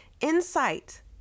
insight